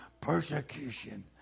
persecution